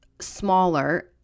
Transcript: smaller